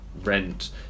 rent